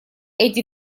эти